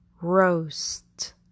Roast